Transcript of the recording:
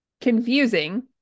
confusing